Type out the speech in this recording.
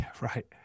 right